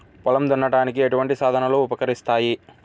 పొలం దున్నడానికి ఎటువంటి సాధనలు ఉపకరిస్తాయి?